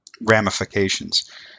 ramifications